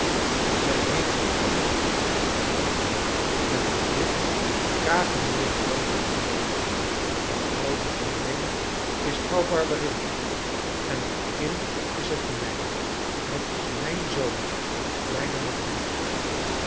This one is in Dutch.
zij heeft een kindje op den arm met een wit cachemieren mantel om de oude boerin is vrouw barberin en dat kind is het mijne het is mijn zoon de kleine mattia